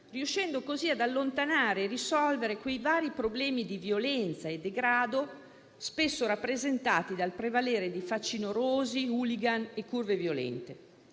riuscendo così ad allontanare e risolvere i vari problemi di violenza e degrado spesso rappresentati dal prevalere di facinorosi, *hooligan* e curve violente.